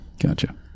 Gotcha